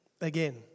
again